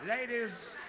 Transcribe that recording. Ladies